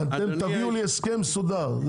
אתם תביאו לי הסכם מסודר.